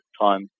time